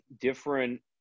different